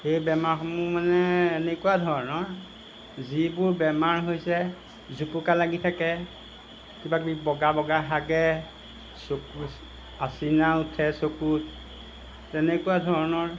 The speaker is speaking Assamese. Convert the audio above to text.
সেই বেমাৰসমূহ মানে এনেকুৱা ধৰণৰ যিবোৰ বেমাৰ হৈছে জুপুকা লাগি থাকে কিবাকিবি বগা বগা হাগে চকু আচিনা উঠে চকুত তেনেকুৱা ধৰণৰ